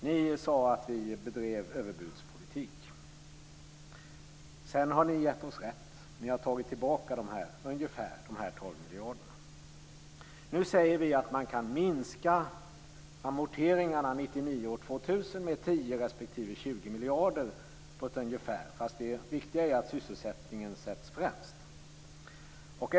Ni sade att vi bedrev överbudspolitik. Sedan har ni gett oss rätt, och ni har tagit tillbaka ungefär 12 miljarder. Nu säger vi att man kan minska amorteringarna åren 1999 och 2000 med ungefär 10 respektive 20 miljarder men att det viktiga är att sysselsättningen sätts främst.